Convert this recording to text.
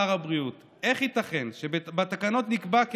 שר הבריאות: איך ייתכן שבתקנות נקבע כי